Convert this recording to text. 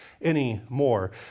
anymore